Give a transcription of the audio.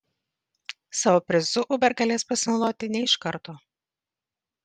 savo prizu uber galės pasinaudoti ne iš karto